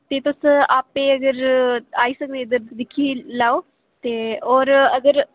ते तुस आपे अगर आई सकदे इद्धर ते दिक्खी लैओ ते होर अगर